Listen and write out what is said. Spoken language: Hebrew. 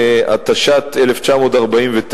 התש"ט 1949,